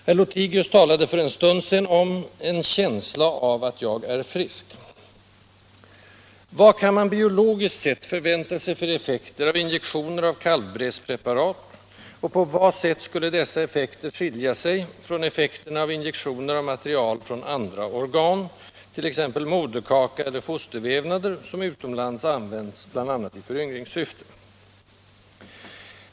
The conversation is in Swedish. Herr Lothigius talade för en stund sedan om ”en känsla av att jag är frisk”. Vad kan man, biologiskt sett, förvänta sig för effekter av injektioner av kalvbrässpreparat, och på vad sätt skulle dessa effekter skilja sig från effekterna av injektioner av material från andra organ —t.ex. moderkaka eller fostervävnader — som utomlands använts bl.a. i föryngringssyfte?